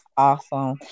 Awesome